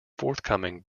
forthcoming